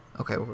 Okay